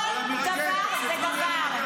היית פעם במרכז לוגיסטיקה שלהם במלחמה?